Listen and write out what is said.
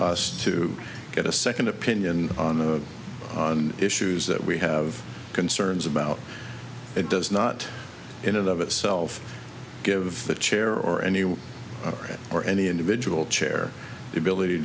us to get a second opinion on the on issues that we have concerns about it does not in and of itself give the chair or anyone or any individual chair the ability